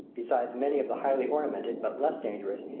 besides many of the highly ornamented, but less dangerous,